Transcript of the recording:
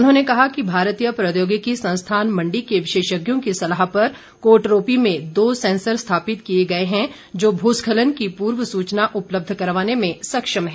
उन्होंने कहा कि भारतीय प्रौद्योगिकी संस्थान मण्डी के विशेषज्ञों की सलाह पर कोटरोपी में दो सैंसर स्थापित किए गए हैं जो भूस्खलन की पूर्व सूचना उपलब्ध करवाने में सक्षम हैं